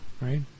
right